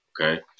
okay